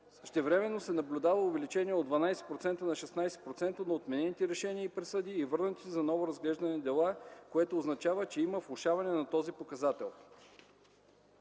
Същевременно се наблюдава увеличение, от 12% на 16% на отменените решения и присъди и върнати за ново разглеждане дела, което означава, че има влошаване по този показател.